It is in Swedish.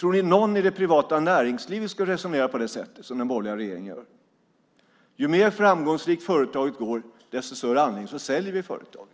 Tror ni att någon i det privata näringslivet skulle resonera på det sätt som den borgerliga regeringen gör? Ju mer framgångsrikt företaget är, desto större anledning har man att sälja företaget.